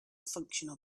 functional